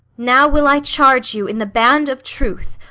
now will i charge you in the band of truth,